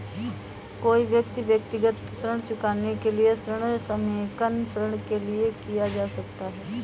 कोई व्यक्ति व्यक्तिगत ऋण चुकाने के लिए ऋण समेकन ऋण के लिए जा सकता है